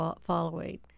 following